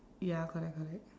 ya correct correct